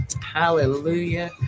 Hallelujah